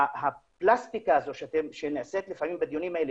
הפלסטיקה הזאת שנעשית בדיונים האלה,